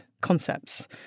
concepts